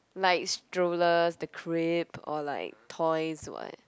like strollers the crib or like toys [what]